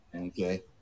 Okay